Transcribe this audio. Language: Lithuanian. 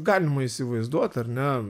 galima įsivaizduot ar ne